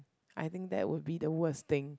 I think that would be the worst thing